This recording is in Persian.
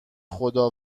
خدا